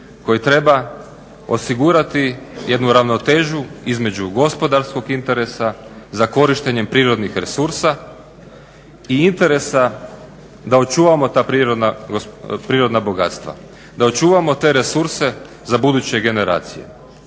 koji treba osigurati jednu ravnotežu između gospodarskog interesa za korištenjem prirodnih resursa i interesa da očuvamo ta prirodna bogatstva, da očuvamo te resurse za buduće generacije,